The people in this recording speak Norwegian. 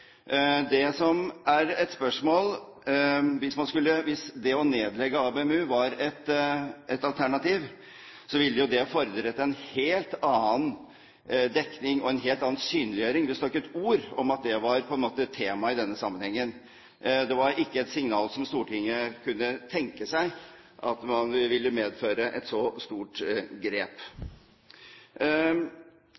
nedlegge ABM-u var et alternativ, ville det fordret en helt annen dekning og en helt annen synliggjøring. Det står ikke et ord om at det var tema i denne sammenhengen. Det var ikke et signal som Stortinget kunne tenke seg ville medføre et så stort grep.